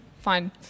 fine